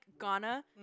Ghana